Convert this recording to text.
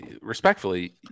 respectfully